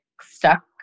stuck